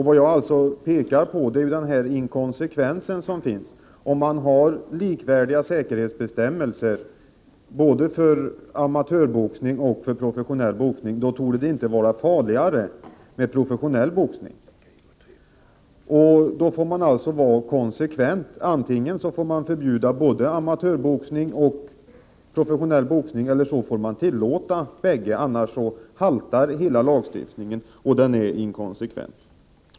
Vad jag pekar på är den inkonsekvens som finns. Om man har likvärdiga säkerhetsbestämmelser för amatörboxning och professionell boxning så torde det inte vara farligare med professionell boxning. Då får man alltså vara konsekvent. Antingen får man förbjuda både amatörboxning och professionell boxning, eller också får man tillåta bägge. Annars haltar hela lagstiftningen — den blir inkonsekvent.